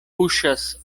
puŝas